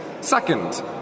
Second